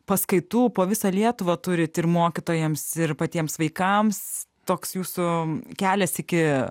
paskaitų po visą lietuvą turit ir mokytojams ir patiems vaikams toks jūsų kelias iki